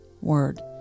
word